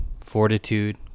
fortitude